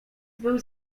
był